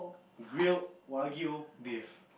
grilled wagyu beef